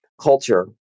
culture